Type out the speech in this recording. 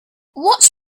what